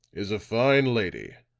is a fine lady.